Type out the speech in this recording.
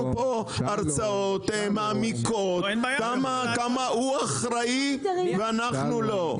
הרצאות מעמיקות כמה הוא אחראי ואנחנו לא,